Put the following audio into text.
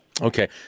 Okay